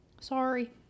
Sorry